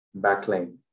backline